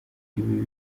ibi